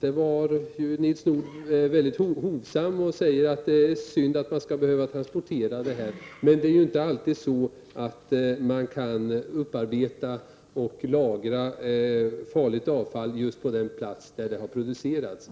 var Nils Nordh väldigt hovsam och sade att det är synd att farligt avfall skall behövas transporteras men att man inte alltid kan upparbeta och lagra avfallet just på den plats där det har producerats.